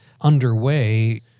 underway